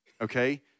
Okay